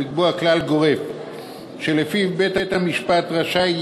ולקבוע כלל גורף שלפיו בית-המשפט יהיה רשאי